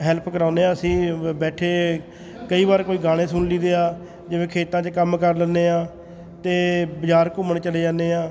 help ਕਰਾਉਂਦੇ ਹਾਂ ਅਸੀਂ ਬੈਠੇ ਕਈ ਵਾਰ ਕੋਈ ਗਾਣੇ ਸੁਣ ਲਈ ਦੇ ਆ ਜਿਵੇਂ ਖੇਤਾਂ 'ਚ ਕੰਮ ਕਰ ਲੈਂਦੇ ਹਾਂ ਅਤੇ ਬਾਜ਼ਾਰ ਘੁੰਮਣ ਚਲੇ ਜਾਂਦੇ ਹਾਂ